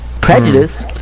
prejudice